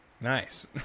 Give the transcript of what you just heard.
Nice